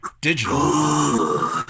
digital